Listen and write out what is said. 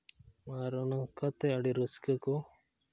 ᱟᱨ ᱚᱱᱠᱟᱛᱮ ᱟᱹᱰᱤ ᱨᱟᱹᱥᱠᱟᱹ ᱠᱚ